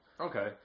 Okay